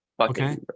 Okay